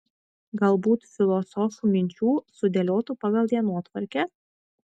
galbūt filosofų minčių sudėliotų pagal dienotvarkę